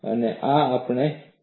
અને આ આપણી કોઠાસૂઝ કરે છે